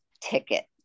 ticket